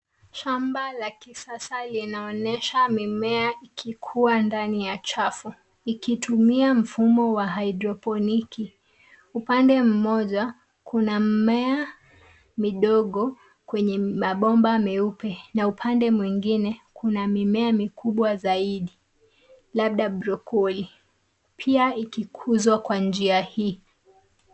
Shamba la kisasa linaonesha mimea ikikua ndani ya chafu ikitumia mfumo wa hydroponiki. Upande mmoja kuna mmea midogo kwenye mabomba meupe na upande mwingine kuna mimea mikubwa zaidi labda broccoli pia ikikuzwa kwa njia hii.